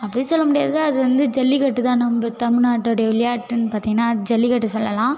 அப்படின்னு சொல்ல முடியாது அது வந்து ஜல்லிக்கட்டு தான் நம்ம தமிழ்நாட்டுடைய விளையாட்டுன்னு பார்த்திங்கனா அது ஜல்லிக்கட்டு சொல்லலாம்